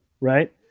Right